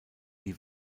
die